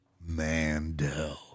Mandel